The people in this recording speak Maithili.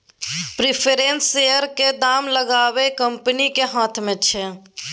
प्रिफरेंस शेयरक दाम लगाएब कंपनीक हाथ मे छै